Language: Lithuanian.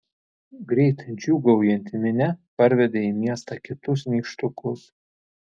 greit džiūgaujanti minia parvedė į miestą kitus nykštukus